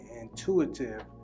intuitive